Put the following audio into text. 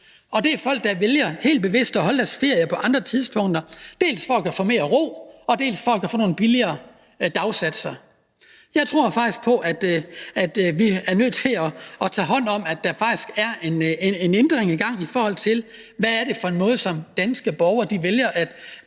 det er folk, der vælger helt bevidst at holde deres ferie på andre tidspunkter – dels for at kunne få mere ro, dels for at kunne få nogle lavere priser. Jeg tror faktisk, vi er nødt til at tage hånd om, at der faktisk er en ændring i gang, i forhold til hvad det er for en måde, danske borgere vælger